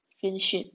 finish